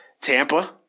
Tampa